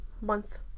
month